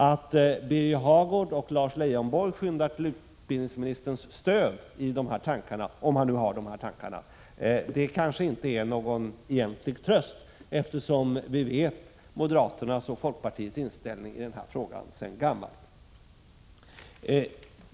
Att Birger Hagård och Lars Leijonborg skyndar till utbildningsministerns stöd när det gäller de här tankarna — om det nu är dessa tankar han har — kanske inte är någon egentlig tröst, eftersom vi känner till moderaternas och folkpartiets inställning i den här frågan sedan gammalt.